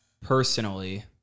personally